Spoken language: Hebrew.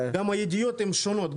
גם הידיות הן שונות,